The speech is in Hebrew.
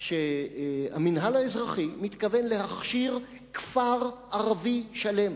שהמינהל האזרחי מתכוון להכשיר כפר ערבי שלם